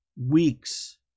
weeks